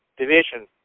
division